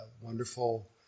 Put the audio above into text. wonderful